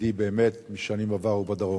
ידידי באמת משנים עברו, בדרום,